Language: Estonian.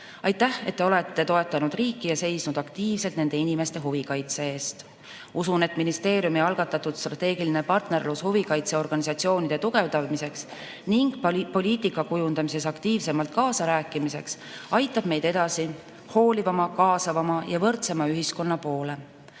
aitäh, et olete toetanud riiki ja seisnud aktiivselt nende inimeste huvikaitse eest! Usun, et ministeeriumi algatatud strateegiline partnerlus huvikaitseorganisatsioonide tugevdamiseks ning poliitika kujundamises aktiivsemalt kaasarääkimiseks aitab meid edasi hoolivama, kaasavama ja võrdsema ühiskonna poole.